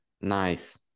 Nice